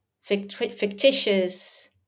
fictitious